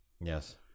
Yes